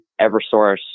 Eversource